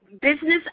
business